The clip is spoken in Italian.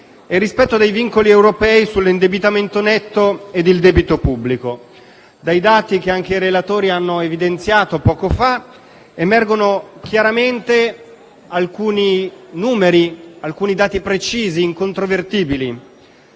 il rispetto dei vincoli europei sull'indebitamento netto e il debito pubblico. Dai dati che anche i relatori hanno evidenziato poco fa, emergono chiaramente alcuni numeri e alcuni dati precisi e incontrovertibili.